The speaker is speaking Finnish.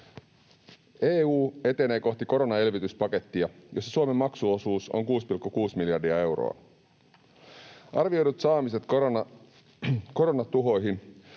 EU etenee kohti koronaelvytyspakettia, jossa Suomen maksuosuus on 6,6 miljardia euroa. Arvioidut saamiset koronatuhoihin